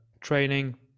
training